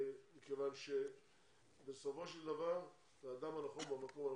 מכיוון שבסופו של דבר אתה האדם הנכון במקום הנכון,